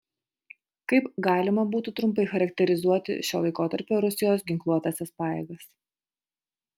kaip galima būtų trumpai charakterizuoti šio laikotarpio rusijos ginkluotąsias pajėgas